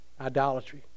idolatry